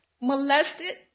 molested